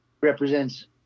represents